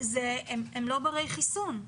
הם לא ברי חיסון.